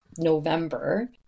November